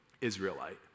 Israelite